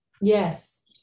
Yes